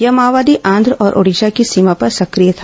यह माओवादी आंध्र और ओडिशा की सीमा पर सक्रिय था